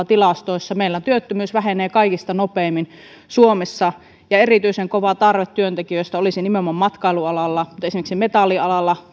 tilastoissa meillä työttömyys vähenee kaikista nopeimmin suomessa ja erityisen kova tarve työntekijöistä olisi nimenomaan matkailualalla ja esimerkiksi metallialalla